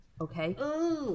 okay